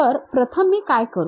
तर प्रथम मी काय करू